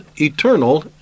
eternal